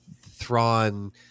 Thrawn